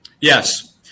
Yes